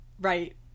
Right